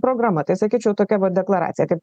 programa tai sakyčiau tokia deklaracija kaip